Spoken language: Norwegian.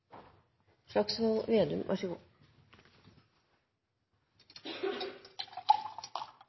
Slagsvold Vedum